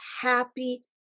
happy